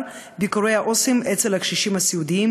ביקורי העו"סים אצל הקשישים הסיעודיים,